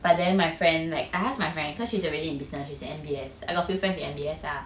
but then my friend like I ask my friend cause she's already in business is in N_B_S I got few friends N_B_S ah